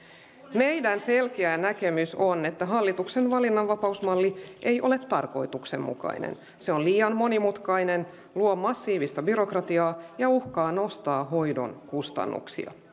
meidän selkeä näkemyksemme on että hallituksen valinnanvapausmalli ei ole tarkoituksenmukainen se on liian monimutkainen luo massiivista byrokratiaa ja uhkaa nostaa hoidon kustannuksia